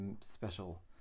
special